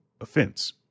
offense